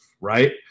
right